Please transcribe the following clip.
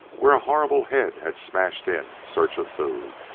where a horrible head had smashed in search of food.